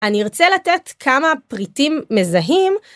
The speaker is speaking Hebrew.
אני ארצה לתת כמה פריטים מזהים.